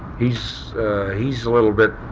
he's he's a little bit